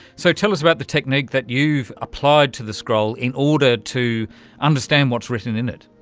so tell us about the technique that you've applied to the scroll in order to understand what is written in it.